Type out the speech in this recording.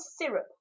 syrup